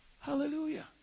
Hallelujah